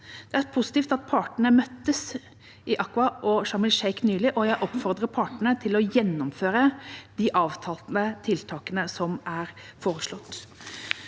Det er positivt at partene møttes i Aqaba og Sharm el-Sheikh nylig, og jeg oppfordrer partene til å gjennomføre de avtalte tiltakene som er foreslått.